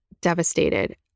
devastated